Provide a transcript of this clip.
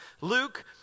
Luke